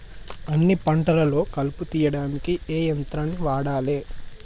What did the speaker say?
అన్ని పంటలలో కలుపు తీయనీకి ఏ యంత్రాన్ని వాడాలే?